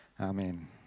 Amen